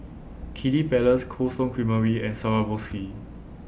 Kiddy Palace Cold Stone Creamery and Swarovski